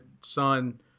son